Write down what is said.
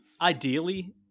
ideally